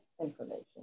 information